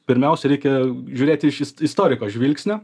pirmiausia reikia žiūrėti iš istoriko žvilgsnio